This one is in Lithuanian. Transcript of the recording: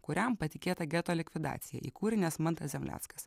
kuriam patikėta geto likvidacija įkūrinęs mantas zemleckas